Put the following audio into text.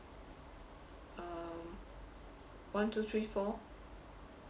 uh one two three four